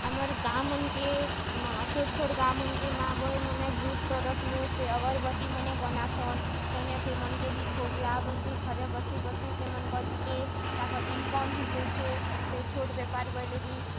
ଆମର୍ ଗାଁ ମନ୍କେ ଛୋଟ୍ ଛୋଟ୍ ଗାଁ ମନ୍କେ ମା' ଭଉଣୀମାନେ ଗ୍ରୁପ୍ ତରଫ୍ନୁ ସେ ଅଗର୍ବତୀମାନେ ବନାସନ୍ ସେନେ ସେ ମାନ୍କେ ବି ଖୋବ୍ ଲାଭ୍ ହେସି ଘରେ ବସି ବସି ସେମାନ୍ଙ୍କର୍ ଗୁଟେ ତାଙ୍କର୍ ଇନ୍କମ୍ ହେ ଯେଉଛେ ସେ ଛୋଟ୍ ବେପାର୍ ବଇଲେ ବି